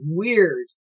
weird